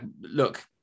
look